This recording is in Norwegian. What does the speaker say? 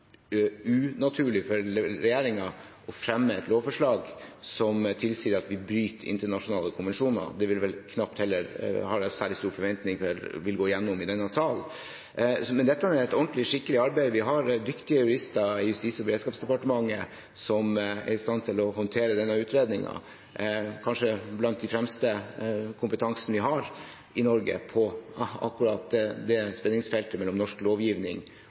unaturlig for regjeringen å fremme et lovforslag som tilsier at vi bryter internasjonale konvensjoner. Det vil jeg knapt ha noen særlig stor forventning til vil gå igjennom i denne sal. Dette er et ordentlig, skikkelig arbeid. Vi har dyktige jurister i Justis- og beredskapsdepartementet, som er i stand til å håndtere denne utredningen – kanskje den fremste kompetansen vi har i Norge på akkurat spenningsfeltet mellom norsk lovgivning